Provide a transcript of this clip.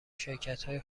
شرکتهای